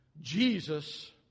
Jesus